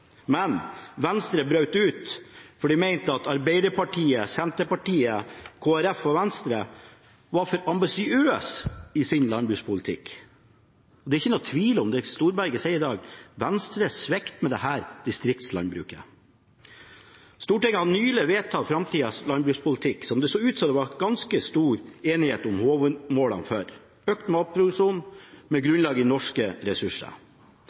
Men Venstre brøt ut, fordi de mente at Arbeiderpartiet, Senterpartiet, Kristelig Folkeparti og SV var for ambisiøse i sin landbrukspolitikk. Det er ikke noen tvil om det. Knut Storberget sier i dag at Venstre med dette svikter distriktslandbruket. Stortinget har nylig vedtatt framtidens landbrukspolitikk, som det ser ut til at det var ganske stor enighet om målene for: økt matproduksjon med grunnlag i norske ressurser.